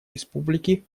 республики